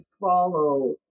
follow